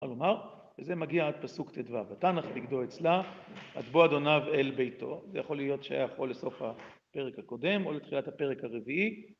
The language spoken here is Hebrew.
רצה לומר, וזה מגיע עד פסוק ט"ו: ותנח בגדו אצלה, עד בוא אדוניו אל ביתו". זה יכול להיות שייך או לסוף הפרק הקודם או לתחילת הפרק הרביעי.